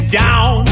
down